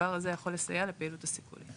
הדבר הזה יכול לסייע לפעילות הסיכולים.